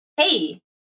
Hey